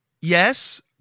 yes